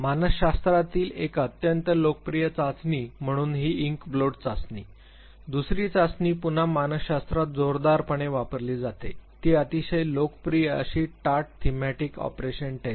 मानसशास्त्रातील एक अत्यंत लोकप्रिय चाचणी म्हणून ही इंकब्लोट चाचणी दुसरी चाचणी पुन्हा मानसशास्त्रात जोरदारपणे वापरली जाते ती अतिशय लोकप्रिय अशी टाट थीमॅटिक अॅपरप्शन टेस्ट